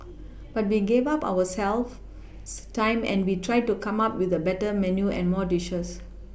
but we gave up ourselves time and we tried to come up with a better menu and more dishes